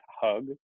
hug